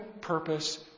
purpose